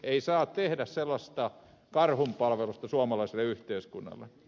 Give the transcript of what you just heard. ei saa tehdä sellaista karhunpalvelusta suomalaiselle yhteiskunnalle